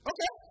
Okay